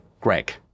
greg